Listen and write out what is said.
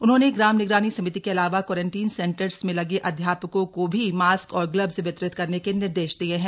उन्होंने ग्राम निगरानी समिति के अलावा क्वारंटीन सेंटर्स में लगे अध्यापकों को भी मास्क और ग्लब्ज वितरित करने के निर्देश दिये हैं